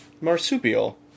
marsupial